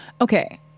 Okay